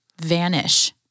vanish